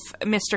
mr